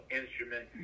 instrument